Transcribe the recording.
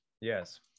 Yes